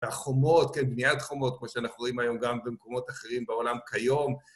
והחומות, בניית חומות, כמו שאנחנו רואים היום גם במקומות אחרים בעולם כיום.